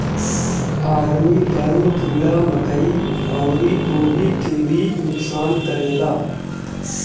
army worm कीड़ा मकई अउरी गोभी के भी नुकसान करेला